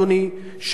אדוני,